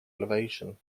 elevation